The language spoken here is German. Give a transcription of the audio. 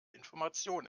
information